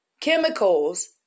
chemicals